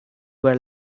were